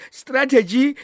strategy